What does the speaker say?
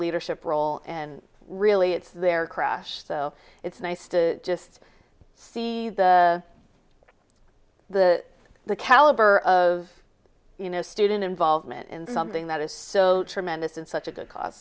leadership role and really it's their crash so it's nice to just see the the caliber of you know student involvement in something that is so tremendous and such a good cause